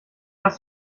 was